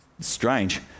strange